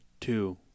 two